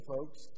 folks